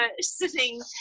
sitting